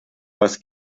was